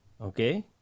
okay